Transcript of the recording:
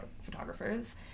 photographers